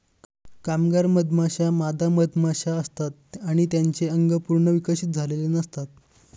कामगार मधमाश्या मादा मधमाशा असतात आणि त्यांचे अंग पूर्ण विकसित झालेले नसतात